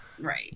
right